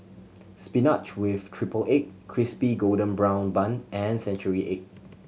spinach with triple egg Crispy Golden Brown Bun and century egg